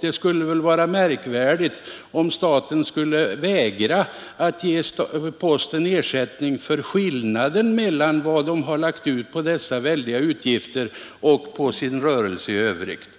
Det vore väl märkvärdigt om staten vägrade att ge posten ers verket har lagt ut för dessa väldiga kostnader och på rörelsen i övrigt.